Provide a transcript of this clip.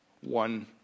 One